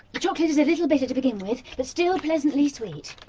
the chocolate is a little bitter to begin with but still pleasantly sweet.